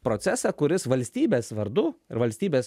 procesą kuris valstybės vardu ir valstybės